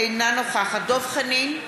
אינה נוכחת דב חנין,